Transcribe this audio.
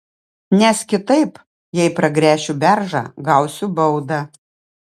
nes kitaip jei pragręšiu beržą gausiu baudą